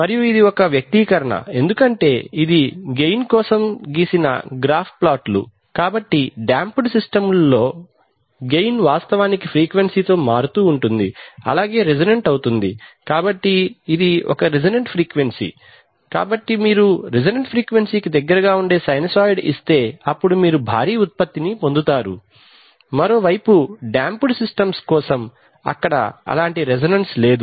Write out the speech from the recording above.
మరియు ఇది ఒక వ్యక్తీకరణ ఎందుకంటే ఇది గెయిన్ కోసం గీసిన గ్రాఫ్ ప్లాట్ లు కాబట్టి డాంపెడ్ సిస్టమ్స్ లలో గెయిన్ వాస్తవానికి ఫ్రీక్వెన్సీతో మారుతూ ఉంటుంది అలాగే రెసోనెంట్ అవుతుంది కాబట్టి ఇది రెసోనెంట్ ఫ్రీక్వెన్సీ కాబట్టి మీరు రెసోనెంట్ ఫ్రీక్వెన్సీ కి దగ్గరగా ఉండే సైనూసోయిడ్ ఇస్తే అప్పుడు మీరు భారీ ఉత్పత్తిని పొందుతారు మరోవైపు డాంపెడ్ సిస్టమ్స్ కోసం అక్కడ అలాంటి రెసోనెన్స్ లేదు